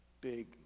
big